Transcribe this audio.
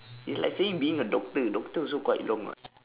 you like saying being a doctor doctor also quite long [what]